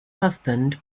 husband